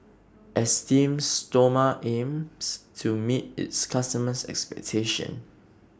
Esteem Stoma aims to meet its customers' expectations